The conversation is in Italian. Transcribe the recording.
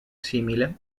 simile